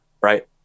Right